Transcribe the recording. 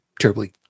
terribly